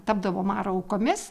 tapdavo maro aukomis